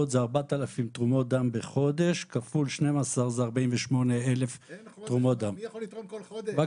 זה 4,000 תרומות דם בחודש כפול 12 זה 48,000 תרומות דם בשנה.